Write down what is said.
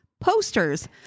posters